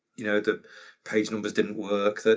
you know, the page numbers didn't work.